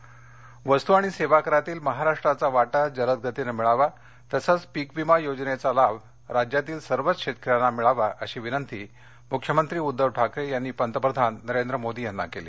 ठाकरे मोदी वस्तू आणि सेवाकरातील महाराष्ट्राचा वाटा जलदगतीनं मिळावा तसंच पीक विमा योजनेचा लाभ राज्यातील सर्वच शेतकऱ्यांना मिळावा अशी विनंती मुख्यमंत्री उद्दव ठाकरे यांनी पंतप्रधान नरेंद्र मोदी यांना केली